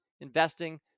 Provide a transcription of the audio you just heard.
investing